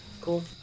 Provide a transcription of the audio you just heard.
cool